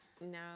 No